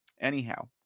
anyhow